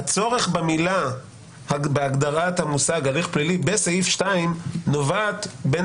הצורך בהגדרת המושג "הליך פלילי" בסעיף 2 נובעת בין